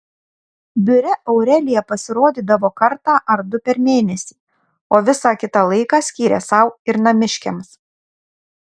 biure aurelija pasirodydavo kartą ar du per mėnesį o visą kitą laiką skyrė sau ir namiškiams